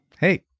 Hey